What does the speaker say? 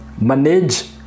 manage